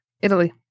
Italy